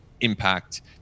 impact